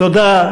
תודה.